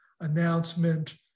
announcement